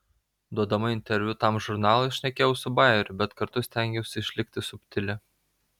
duodama interviu tam žurnalui šnekėjau su bajeriu bet kartu stengiausi išlikti subtili